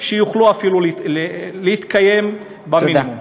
שיוכלו אפילו להתקיים במינימום.